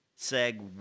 Seg